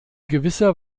gewisser